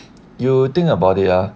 you think about it ah